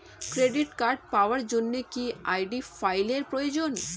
Credit card পাওয়ার জন্য কি আই.ডি ফাইল এর প্রয়োজন?